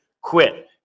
quit